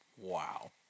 Wow